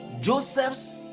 Joseph's